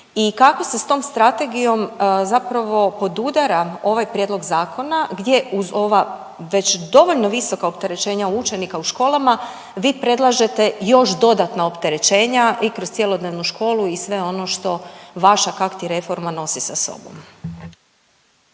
i kako se s tom strategijom zapravo podudara ovaj prijedlog zakona, gdje uz ova već dovoljno visoka opterećenja učenika u školama, vi predlažete još dodatna opterećenja i kroz cjelodnevnu školu i sve ono što vaša kakti reforma nosi sa sobom.